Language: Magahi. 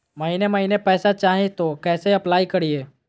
महीने महीने पैसा चाही, तो कैसे अप्लाई करिए?